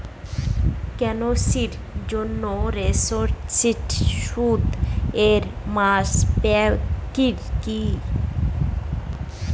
কন্যাশ্রীর জন্য রেজিস্ট্রেশন শুধু এক মাস ব্যাপীই কি?